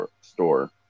store